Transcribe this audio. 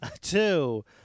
Two